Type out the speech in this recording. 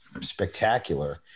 spectacular